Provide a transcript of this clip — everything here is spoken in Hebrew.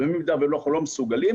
ובמידה ואנחנו לא מסוגלים,